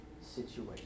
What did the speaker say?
situation